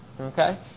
Okay